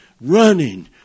running